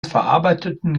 verarbeitenden